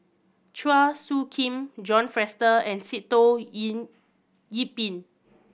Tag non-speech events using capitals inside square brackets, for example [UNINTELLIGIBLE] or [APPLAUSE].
Chua Soo Khim John Fraser and Sitoh [UNINTELLIGIBLE] Yih Pin